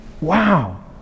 Wow